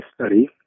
study